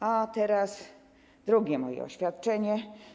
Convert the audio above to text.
A teraz drugie moje oświadczenie.